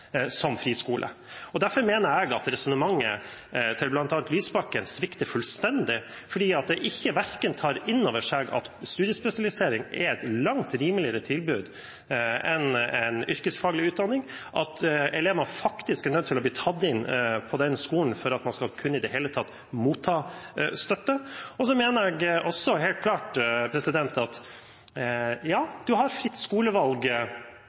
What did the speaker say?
som friskole. Derfor mener jeg at resonnementet til bl.a. Lysbakken svikter fullstendig, fordi han verken tar inn over seg at studiespesialisering er et langt rimeligere tilbud enn yrkesfaglig utdanning, eller at elevene faktisk er nødt til å bli tatt inn på den skolen for at man i det hele tatt skal kunne motta støtte. Jeg mener også helt klart at ja, man har fritt skolevalg